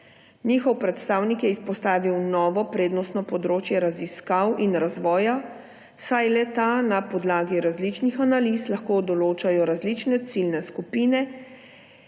Njihov predstavnik je izpostavil novo prednostno področje raziskav in razvoja, saj le-ta na podlagi različnih analiz lahko določa različne ciljne skupine,